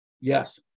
Yes